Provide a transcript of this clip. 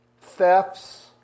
thefts